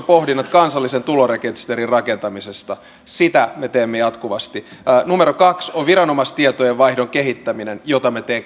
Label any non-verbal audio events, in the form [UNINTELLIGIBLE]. [UNINTELLIGIBLE] pohdinnat kansallisen tulorekisterin rakentamisesta sitä me teemme jatkuvasti numero kaksi on viranomaistietojen vaihdon kehittäminen jota me